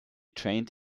trained